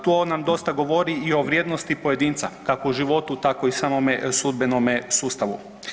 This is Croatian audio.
To nam dosta govori i o vrijednosti pojedinca kako u životu, tako i u samome sudbenome sustavu.